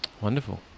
Wonderful